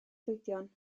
llwydion